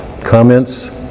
comments